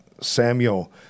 Samuel